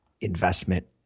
investment